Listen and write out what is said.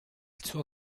suo